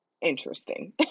interesting